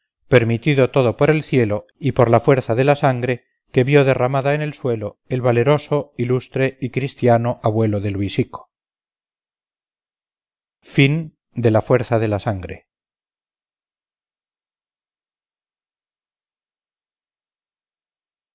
permitido todo por el cielo y por la fuerza de la sangre que vio derramada en el suelo el valeroso ilustre y cristiano abuelo de luisico